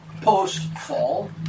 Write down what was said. post-fall